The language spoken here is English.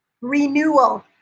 renewal